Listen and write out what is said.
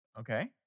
Okay